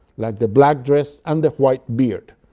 like the black dress and the white beard.